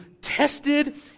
tested